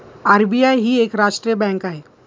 SBI ही एक राष्ट्रीय बँक आहे